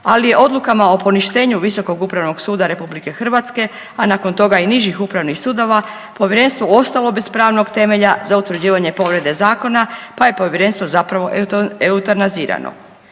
ali je odlukama o poništenju Visokog upravnog suda Republike Hrvatske, a nakon toga i nižih upravnih sudova Povjerenstvo ostalo bez pravnog temelja za utvrđivanje povrede zakona, pa je Povjerenstvo zapravo eutanazirano.